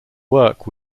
work